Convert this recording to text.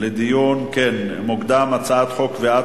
התאמות וזכויות לסטודנטית בהיריון ואחרי לידה (תיקוני חקיקה),